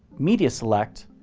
media select,